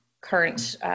current